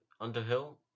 Underhill